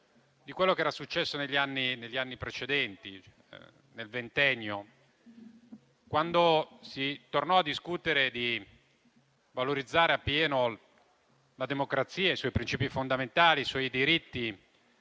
di quello che era successo negli anni precedenti, ossia nel ventennio. Quando si tornò a discutere di valorizzare appieno la democrazia e i suoi princìpi fondamentali, i diritti,